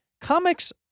comics